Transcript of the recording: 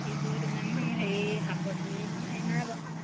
এইবোৰত ইমান হেৰি শাক পাচলি ইমান হেৰি নাই বাৰু